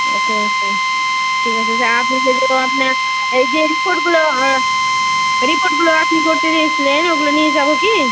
ওকে okay ঠিক আছে sir আপনি যেগুলো আপনার এই যে রিপোর্টগুলো রিপোর্টগুলো আপনি করতে দিয়েছিলেন ওগুলো নিয়ে যাবো কি